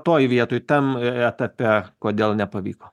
toj vietoj tam etape kodėl nepavyko